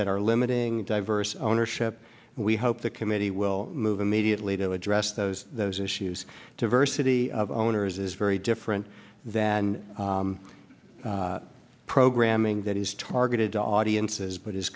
that are limiting diverse ownership we hope the committee will move immediately to address those those issues diversity of owners is very different than programming that is targeted to audiences but i